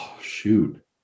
Shoot